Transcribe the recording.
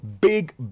Big